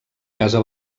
casa